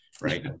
Right